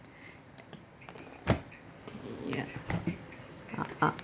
ya ah ah